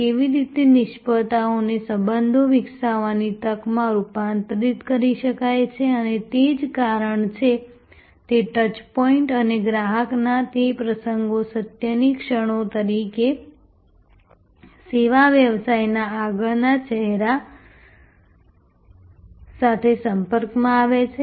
કેવી રીતે નિષ્ફળતાઓને સંબંધો વિકસાવવાની તકમાં રૂપાંતરિત કરી શકાય છે અને તે જ કારણ છે તે ટચ પોઈન્ટ્સ અને ગ્રાહકના તે પ્રસંગો સત્યની ક્ષણો તરીકે સેવા વ્યવસાયના આગળના ચહેરા સાથે સંપર્કમાં આવે છે